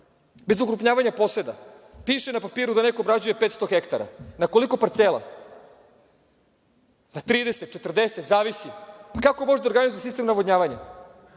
bez ukrupnjavanja poseda? Piše na papiru da neko obrađuje 500 hektara. Na koliko parcela? Na 30, 40, zavisi. Kako možete da organizujete sistem navodnjavanja?